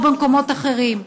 ובמקומות אחרים.